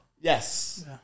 Yes